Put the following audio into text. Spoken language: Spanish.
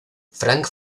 frank